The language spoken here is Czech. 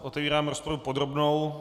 Otevírám rozpravu podrobnou.